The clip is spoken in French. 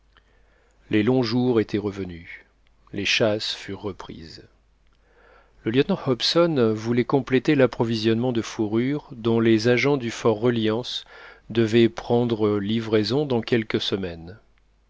les longs jours étaient revenus les chasses furent reprises le lieutenant hobson voulait compléter l'approvisionnement de fourrures dont les agents du fort reliance devaient prendre livraison dans quelques semaines